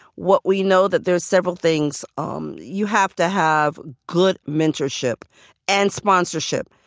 what we know that there are several things um you have to have good mentorship and sponsorship,